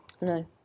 No